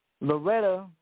loretta